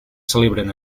celebren